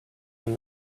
when